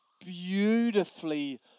beautifully